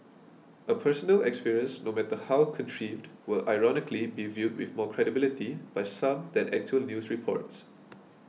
a personal experience no matter how contrived will ironically be viewed with more credibility by some than actual news reports